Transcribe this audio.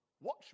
Watch